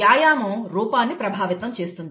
వ్యాయామం రూపాన్ని ప్రభావితం చేస్తుంది